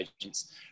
agents